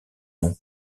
nom